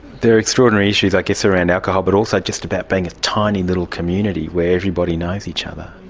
there are extraordinary issues i guess around alcohol but also just about being a tiny little community where everybody knows each other.